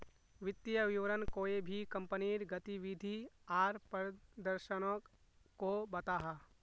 वित्तिय विवरण कोए भी कंपनीर गतिविधि आर प्रदर्शनोक को बताहा